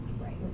Right